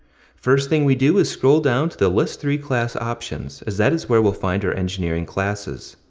first thing we do is scroll down to the list three class options, as that is where we'll find our engineering classes.